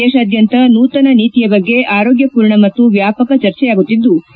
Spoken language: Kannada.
ದೇಶಾದ್ಯಂತ ನೂತನ ನೀತಿಯ ಬಗ್ಗೆ ಆರೋಗ್ಯಪೂರ್ಣ ಮತ್ತು ವ್ಯಾಪಕ ಚರ್ಚೆಯಾಗುತ್ತಿದ್ಲು